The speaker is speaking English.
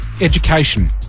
education